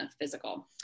physical